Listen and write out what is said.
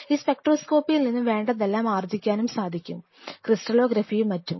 ഈ സ്പെക്ട്രോസ്കോപ്പിയിൽ നിന്നും വേണ്ടതെല്ലാം ആർജിക്കാനും സാധിക്കും ക്രിസ്റ്റലോഗ്രാഫിയും മറ്റും